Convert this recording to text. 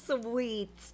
sweet